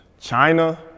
China